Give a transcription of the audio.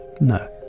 No